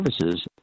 services